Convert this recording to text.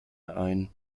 ein